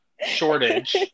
shortage